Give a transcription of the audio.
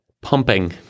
Pumping